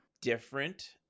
different